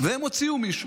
והם הוציאו מישהו,